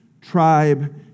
tribe